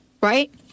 right